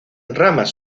ramas